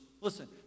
Listen